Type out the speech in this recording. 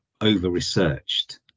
over-researched